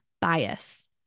bias